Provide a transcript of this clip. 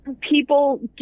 people